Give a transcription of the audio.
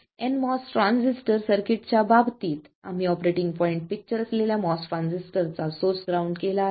nMOS transistor सर्किटच्या बाबतीत आम्ही ऑपरेटिंग पॉईंट पिक्चर असलेल्या MOS ट्रान्झिस्टरचा सोर्स ग्राउंड केला आहे